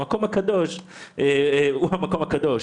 המקום הקדוש הוא המקום הקדוש.